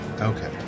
Okay